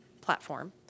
platform